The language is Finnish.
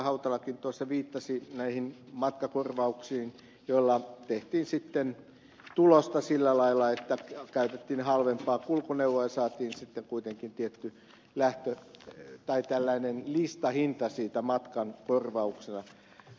hautalakin tuossa viittasi näihin matkakorvauksiin joilla tehtiin sitten tulosta sillä lailla että käytettiin halvempaa kulkuneuvoa ja saatiin sitten kuitenkin tietty listahinta siitä matkan korvauksena